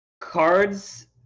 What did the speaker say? cards